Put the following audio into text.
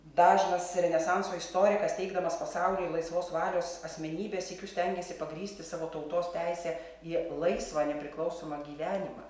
dažnas renesanso istorikas teikdamas pasauliui laisvos valios asmenybę sykiu stengiasi pagrįsti savo tautos teisę į laisvą nepriklausomą gyvenimą